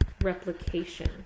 replication